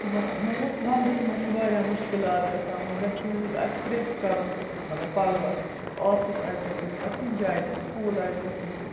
مگر وَنٛدَس منٛز چھِ واریاہ مشکلات گَژھان وۄنۍ زَن کُنہِ وِز آسہِ پرٛیٚس کَرُن مطلب پَلوَس آفِس آسہِ گَژھُن یا کُنہِ جایہِ تہِ سکوٗل آسہِ گَژھُن تہِ